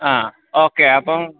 ആ ഓക്കെ അപ്പം